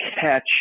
catch